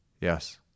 Yes